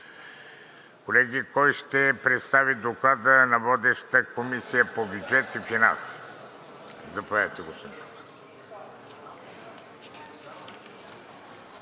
Колеги, кой ще представи Доклада на Водещата комисия – по бюджет и финанси? Заповядайте, господин